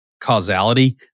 causality